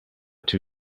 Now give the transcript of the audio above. two